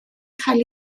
cael